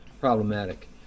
Problematic